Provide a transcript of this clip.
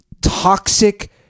toxic